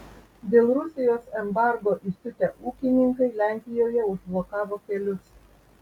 dėl rusijos embargo įsiutę ūkininkai lenkijoje užblokavo kelius